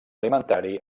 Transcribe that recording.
alimentari